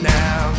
now